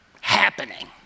happening